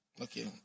Okay